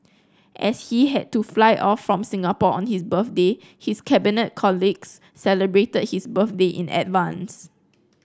as he had to fly off from Singapore on his birthday his cabinet colleagues celebrated his birthday in advance